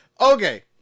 Okay